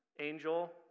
angel